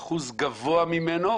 אחוז גבוה ממנו,